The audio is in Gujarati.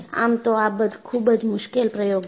આમ તો આ ખૂબ જ મુશ્કેલ પ્રયોગ છે